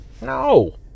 No